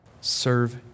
Serve